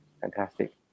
fantastic